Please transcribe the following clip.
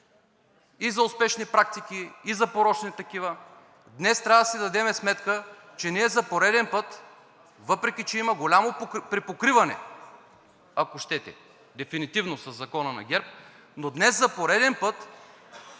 и за успешни практики, и за порочни такива, днес трябва да си дадем сметка, че за пореден път, въпреки че има голямо припокриване, ако щете дефинитивно, със Закона на ГЕРБ, но днес за пореден път